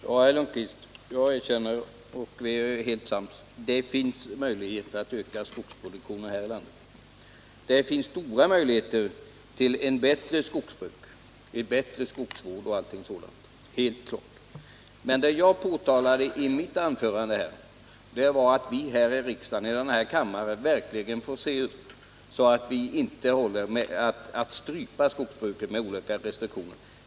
Herr talman! Jag erkänner, Svante Lundkvist, och här är vi helt överens, att det finns möjligheter att öka skogsproduktionen här i landet. Det finns också stora möjligheter att förbättra skogsbruket, skogsvården m.m. Det står helt klart. Men vad jag framhöll i mitt anförande var att vi i denna kammare verkligen får se upp, så att vi inte stryper skogsbruket med olika restriktioner.